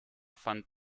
fand